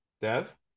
Dev